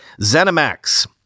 ZeniMax